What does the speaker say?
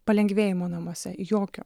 palengvėjimo namuose jokio